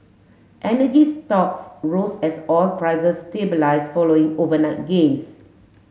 energy stocks rose as oil prices stabilise following overnight gains